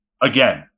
again